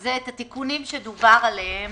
זה את התיקונים שדובר עליהם.